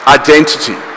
identity